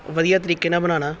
ਵਧੀਆ ਤਰੀਕੇ ਨਾਲ ਬਣਾਉਣਾ